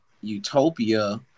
Utopia